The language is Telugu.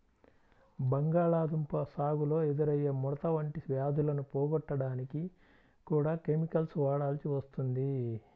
బంగాళాదుంప సాగులో ఎదురయ్యే ముడత వంటి వ్యాధులను పోగొట్టడానికి కూడా కెమికల్స్ వాడాల్సి వస్తుంది